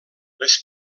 les